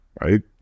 right